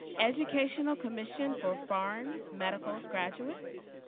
educational commission for foreign medical graduates.